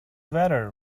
weather